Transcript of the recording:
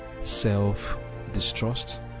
self-distrust